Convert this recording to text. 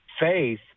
Faith